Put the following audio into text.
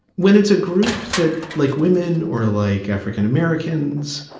when it's a group that like women or like african-americans.